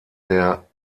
der